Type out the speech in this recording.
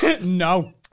No